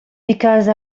because